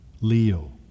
Leo